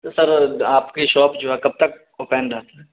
تو سر آپ کی شاپ جو ہے کب تک اوپن رہتا